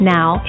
Now